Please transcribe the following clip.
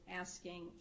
asking